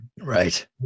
right